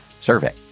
survey